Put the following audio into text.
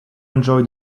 enjoy